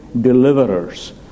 deliverers